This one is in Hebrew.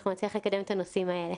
אנחנו נצליח לקדם את הנושאים האלה.